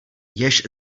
jež